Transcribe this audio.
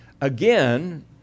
again